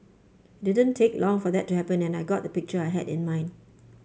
it didn't take long for that to happen and I got the picture I had in mind